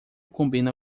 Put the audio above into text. combina